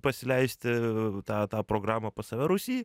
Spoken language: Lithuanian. pasileisti tą tą programą pas save rusy